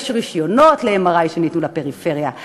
יש רישיונות ל-MRI שניתנו לפריפריה,